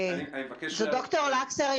זו ד"ר לקסר.